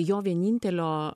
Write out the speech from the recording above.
jo vienintelio